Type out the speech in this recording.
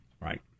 Right